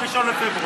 או ב-1 בפברואר.